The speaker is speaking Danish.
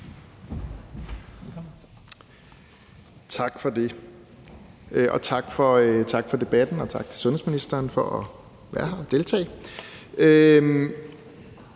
Tak for det, tak for debatten, og tak til sundhedsministeren for at være her og deltage.